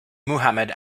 muhammed